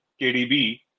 KDB